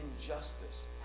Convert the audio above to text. injustice